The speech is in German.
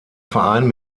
verein